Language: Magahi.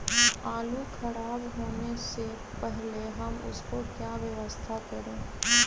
आलू खराब होने से पहले हम उसको क्या व्यवस्था करें?